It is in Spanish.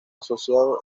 asociado